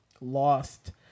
lost